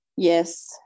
Yes